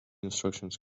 instructions